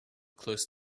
close